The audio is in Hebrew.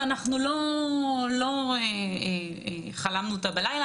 ואנחנו לא חלמנו אותה בלילה,